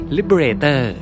Liberator